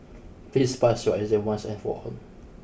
please pass your exam once and for all